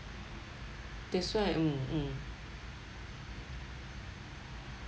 that's why mm mm